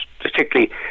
particularly